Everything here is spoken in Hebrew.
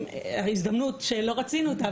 הזדמנות שלא רצינו אותה,